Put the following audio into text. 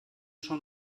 schon